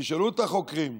תשאלו את החוקרים,